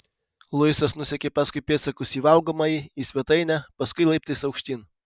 luisas nusekė paskui pėdsakus į valgomąjį į svetainę paskui laiptais aukštyn